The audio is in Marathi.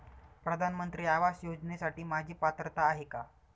प्रधानमंत्री आवास योजनेसाठी माझी पात्रता आहे का?